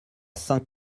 saint